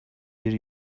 bir